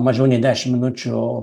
mažiau nei dešimt minučių